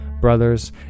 Brothers